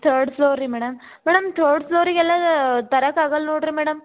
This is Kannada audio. ತರ್ಡ್ ಫ್ಲೋರ್ ರೀ ಮೇಡಮ್ ಮೇಡಮ್ ತರ್ಡ್ ಫ್ಲೋರಿಗೆಲ್ಲ ತರೋಕ್ಕಾಗಲ್ ನೋಡಿರಿ ಮೇಡಮ್